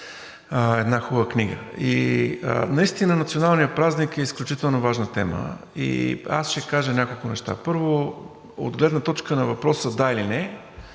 една хубава книга. Наистина националният празник е изключително важна тема и аз ще кажа няколко неща. Първо от гледна точка на въпроса да или не.